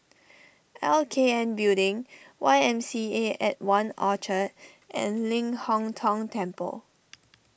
L K N Building Y M C A at one Orchard and Ling Hong Tong Temple